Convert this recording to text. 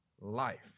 life